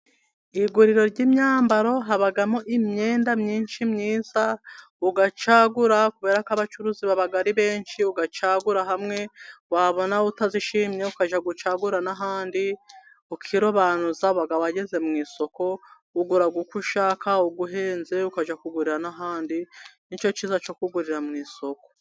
Iguriro ry'imyambaro habamo imyenda myinshi myiza ugacagura, kubera ko gucuruziga ari benshi ugacagura hamwe wabona utazishimye ukajyagucagurara n'ahandi ukirobanuza gabo wageze mu isoko ugura uko ushaka uguhenze ukajya kugurira n'ahandi'cyocezacugurira mu isoko.